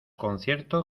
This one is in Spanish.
concierto